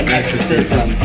Exorcism